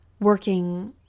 working